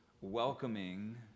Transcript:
welcoming